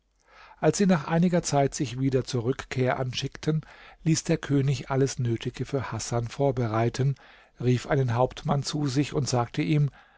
als sie nach einiger zeit sich wieder zur rückkehr anschickten ließ der könig alles nötige für hasan vorbereiten rief einen hauptmann zu sich und sagte ihm